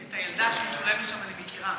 את הילדה שמצולמת שם אני מכירה.